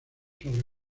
sobre